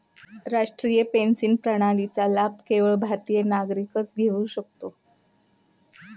राष्ट्रीय पेन्शन प्रणालीचा लाभ केवळ भारतीय नागरिकच घेऊ शकतो